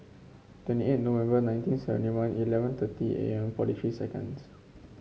twenty eight November nineteen seventy one eleven thirty A M forty three seconds